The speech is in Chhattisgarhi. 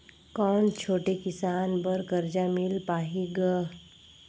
कौन छोटे किसान बर कर्जा मिल पाही ग?